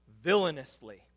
Villainously